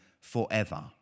forever